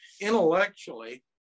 intellectually